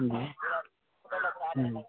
हुँ हुँ